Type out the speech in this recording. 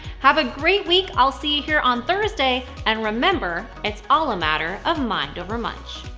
have a great week! i'll see you here on thursday, and remember, it's all a matter of mind over munch.